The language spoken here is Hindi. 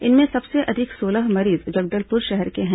इनमें सबसे अधिक सोलह मरीज जगदलपुर शहर के हैं